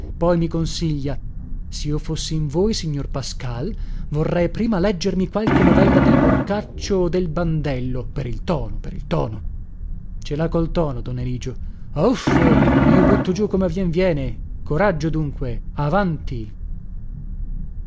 poi mi consiglia sio fossi in voi signor pascal vorrei prima leggermi qualche novella del boccaccio o del bandello per il tono per il tono ce lha col tono don eligio auff io butto giù come vien viene coraggio dunque avanti